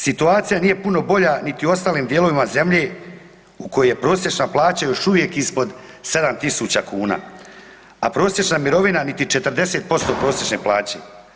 Situacija nije puno bolja niti u ostalim dijelovima zemlje u kojoj je prosječna plaća još uvijek ispod 7.000 kuna, a prosječna mirovina niti 40% prosječne plaće.